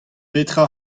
petra